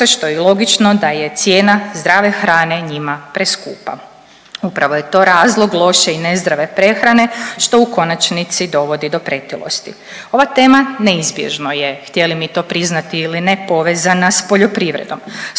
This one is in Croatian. što je i logično da je cijena zdrave hrane njima preskupa. Upravo je to razlog loše i nezdrave prehrane, što u konačnici dovodi do pretilosti. Ova tema neizbježno je htjeli mi to priznati ili ne povezana s poljoprivredom.